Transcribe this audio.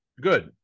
good